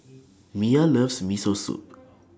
Mia loves Miso Soup